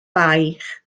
baich